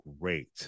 great